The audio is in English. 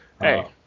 Hey